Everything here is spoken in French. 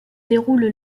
déroule